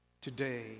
today